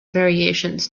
variations